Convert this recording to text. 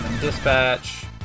dispatch